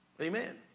Amen